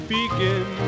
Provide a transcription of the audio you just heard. begin